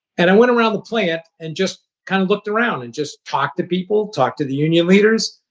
and and went around the plant and just kind of looked around and just talked to people, talked to the union leaders,